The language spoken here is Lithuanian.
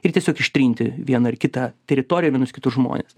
ir tiesiog ištrinti vieną ar kitą teritoriją vienus kitus žmones